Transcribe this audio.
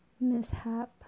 mishap